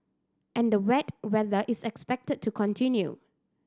and the wet weather is expected to continue